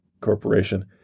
Corporation